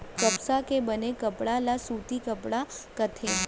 कपसा के बने कपड़ा ल सूती कपड़ा कथें